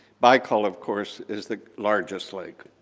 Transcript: baikal, of course, is the largest lake.